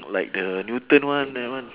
not like the newton one that one